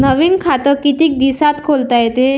नवीन खात कितीक दिसात खोलता येते?